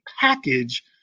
package